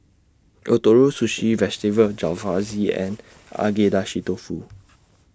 Ootoro Sushi Vegetable Jalfrezi and Agedashi Dofu